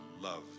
love